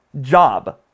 job